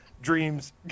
dreams